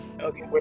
Okay